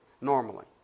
normally